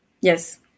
yes